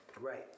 Right